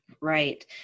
Right